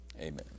Amen